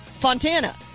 Fontana